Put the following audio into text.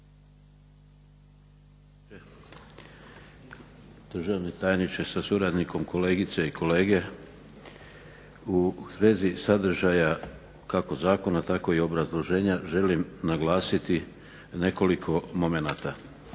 državni tajniče sa suradnikom, kolegice i kolege. U svezi sadržaja kako zakona tako i obrazloženja, želim naglasiti nekoliko momenata.